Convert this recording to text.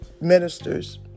ministers